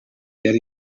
yari